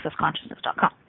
accessconsciousness.com